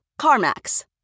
CarMax